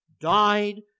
died